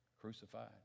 crucified